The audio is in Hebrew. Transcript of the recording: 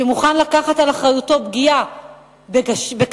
שמוכן לקחת על אחריותו פגיעה בקשיש,